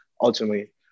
ultimately